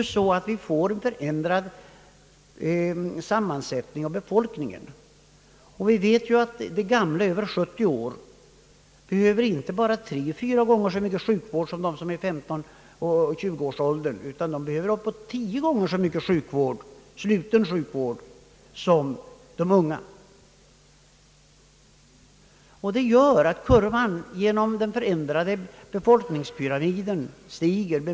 Vi får en alltmer förändrad ålderssammansättning av befolkningen, och vi vet att de gamla över 70 år inte bara behöver tre och fyra gånger så mycket sjukvård som de som är i 15—20-årsåldern, utan de behöver nästan tio gånger så mycket sluten sjukvård som de unga. Detta gör att sjukvårdsbehovskurvan genom den för ändrade befolkningspyramiden stiger.